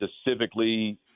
specifically